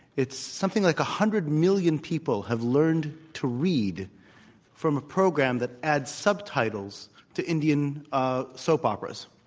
it's something like a hundred million people have learned to read from a program that adds subtitles to indian ah soap operas.